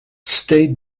state